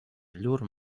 llur